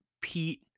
Pete